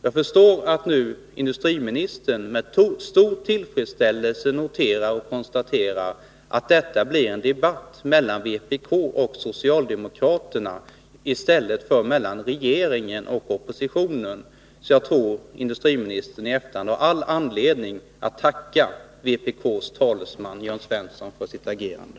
Jag förstår att industriministern nu med stor tillfredsställelse noterar och konstaterar att detta blir en debatt mellan vpk och socialdemokraterna i stället för mellan regeringen och oppositionen. Jag tror att industriministern i efterhand har all anledning att tacka vpk:s talesman Jörn Svensson för hans agerande.